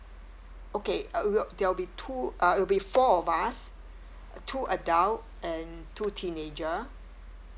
okay uh there'll be two uh it'll be to be four of us two adult and two teenager